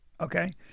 okay